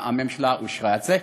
והממשלה אישרה את זה.